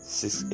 six